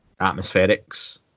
atmospherics